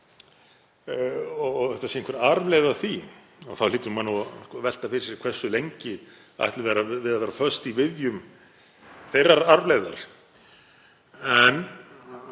og þetta sé einhver arfleifð af því. Þá hlýtur maður að velta fyrir sér hversu lengi við ætlum að vera föst í viðjum þeirrar arfleifðar. En